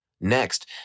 Next